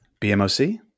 BMOC